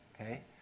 okay